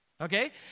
Okay